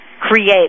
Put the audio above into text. create